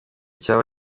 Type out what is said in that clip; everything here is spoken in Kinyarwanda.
cyaba